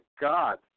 God